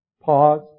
pause